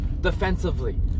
defensively